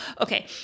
okay